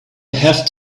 have